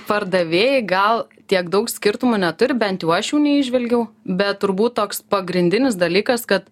pardavėjai gal tiek daug skirtumų neturi bent jau aš jų neįžvelgiau bet turbūt toks pagrindinis dalykas kad